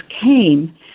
came